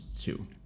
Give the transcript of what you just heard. two